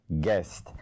guest